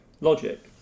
logic